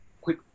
quick